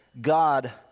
God